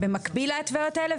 במקביל להתוויות האלה?